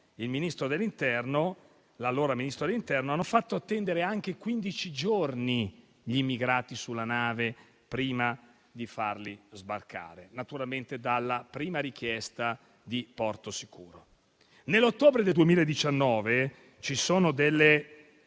l'allora Ministro dell'interno, hanno fatto attendere anche quindici giorni gli immigrati sulla nave prima di farli sbarcare, naturalmente dalla prima richiesta di porto sicuro. Nell'ottobre del 2019, al